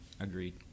Agreed